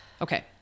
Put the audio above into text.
Okay